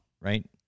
right